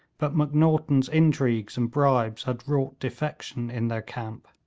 but macnaghten's intrigues and bribes had wrought defection in their camp